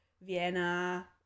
Vienna